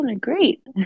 great